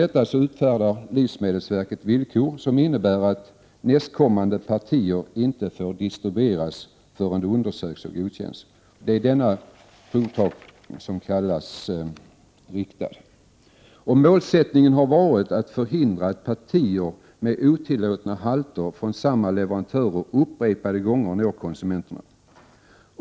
I samband härmed utfärdar livsmedelsverket villkor som innebär att nästkommande partier inte får distribueras förrän de har undersökts och godkänts. Det är alltså denna provtagning som kallas riktad. Målet har varit att hindra att partier med otillåtna halter upprepade gånger kommer från samma leverantör för vidarebefordran till konsumenterna.